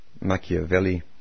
Machiavelli